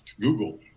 Google